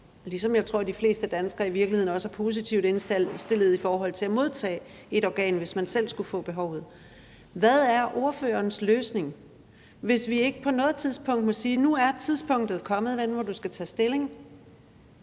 ligesom jeg tror, at de fleste danskere i virkeligheden også er positivt indstillet i forhold til at modtage et organ, hvis de selv skulle få behovet. Hvad er ordførerens løsning, hvis vi ikke på noget tidspunkt må sige, at nu er tidspunktet kommet, hvor du skal tage stilling?